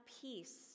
peace